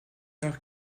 nach